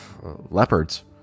Leopards